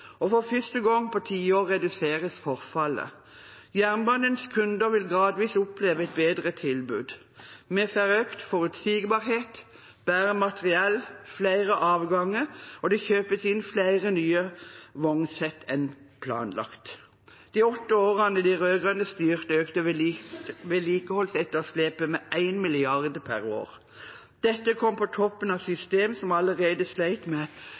og for første gang på ti år reduseres forfallet. Jernbanens kunder vil gradvis oppleve et bedre tilbud. Vi får økt forutsigbarhet, bedre materiell, flere avganger, og det kjøpes inn flere nye vognsett enn planlagt. De åtte årene de rød-grønne styrte, økte vedlikeholdsetterslepet med 1 mrd. kr per år. Dette kom på toppen av et system som allerede slet med